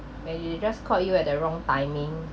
when they just called you at the wrong timing